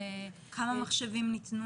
כמה מחשבים ניתנו?